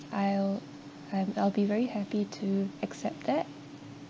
I'll I'm I'll be very happy to accept that